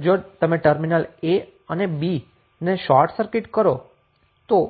જો તમે terminal a અને b ને શોર્ટ સર્કિટ કરો તો